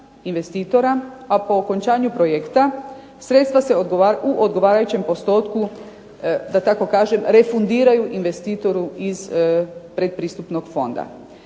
a po okončanju projekta sredstva se u odgovarajućem postotku da tako kažem refundiraju investitoru iz pretpristupnog fonda.